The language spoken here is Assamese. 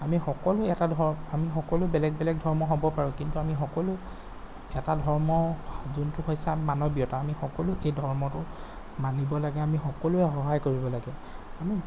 আমি সকলো এটা আমি সকলো বেলেগ বেলেগ ধৰ্মৰ হ'ব পাৰোঁ কিন্তু আমি সকলো এটা ধৰ্ম যোনটো হৈছে মানৱীয়তা আমি সকলো এই ধৰ্মটো মানিব লাগে আমি সকলোৱে সহায় কৰিব লাগে আমি